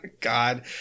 God